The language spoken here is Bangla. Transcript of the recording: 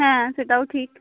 হ্যাঁ সেটাও ঠিক